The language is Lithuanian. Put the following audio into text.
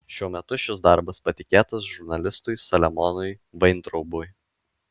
šiuo metu šis darbas patikėtas žurnalistui saliamonui vaintraubui